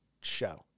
show